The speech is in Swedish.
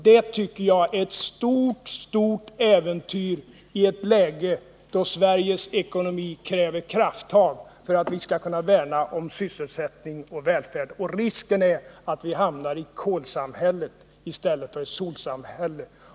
Det tycker jag är ett mycket stort äventyr, i ett läge där Sveriges ekonomi kräver krafttag för att vi skall kunna värna om sysselsättning och välfärd. Risken är att vi hamnar i kolsamhället i stället för i solsamhället.